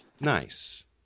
Nice